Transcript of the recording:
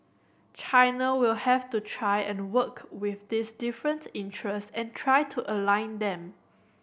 China will have to try and work with these different interest and try to align them